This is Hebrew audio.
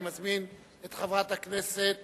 אני מזמין את חברת הכנסת